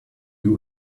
you